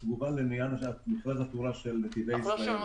אחד, מכרז התאורה של נתיבי ישראל.